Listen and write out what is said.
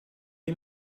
you